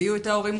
הביאו את ההורים,